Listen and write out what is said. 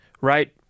right